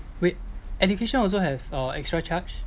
wait education also have uh extra charge